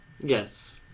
Yes